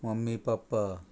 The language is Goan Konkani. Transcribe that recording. mummy papa